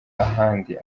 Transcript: ahandi